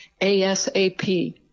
ASAP